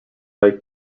like